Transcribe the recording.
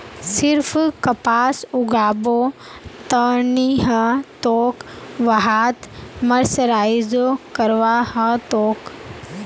सिर्फ कपास उगाबो त नी ह तोक वहात मर्सराइजो करवा ह तोक